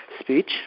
speech